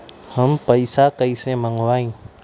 हम पैसा कईसे मंगवाई?